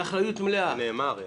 בתקציב --- זה נאמר.